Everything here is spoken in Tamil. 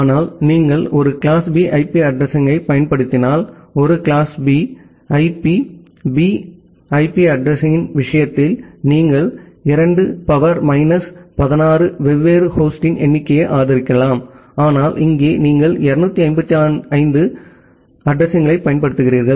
ஆனால் நீங்கள் ஒரு கிளாஸ் B ஐபி அட்ரஸிங்யைப் பயன்படுத்தினால் ஒரு class B IP B IP அட்ரஸிங்யின் விஷயத்தில் நீங்கள் 2 சக்தி மைனஸ் 16 வெவ்வேறு ஹோஸ்டின் எண்ணிக்கையை ஆதரிக்கலாம் ஆனால் இங்கே நீங்கள் 255 அட்ரஸிங்களைப் பயன்படுத்துகிறீர்கள்